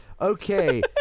okay